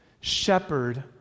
shepherd